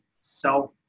self